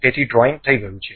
તેથી ડ્રોઇંગ થઈ ગયું છે